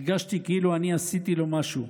הרגשתי כאילו אני עשיתי לו משהו.